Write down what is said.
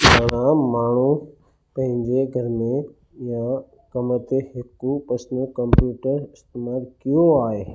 घणा माण्हू पंहिंजे घर में या कम ते हिकु पर्सनल कंप्यूटर इस्तेमालु कयो आहे